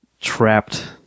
trapped